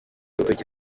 urutoki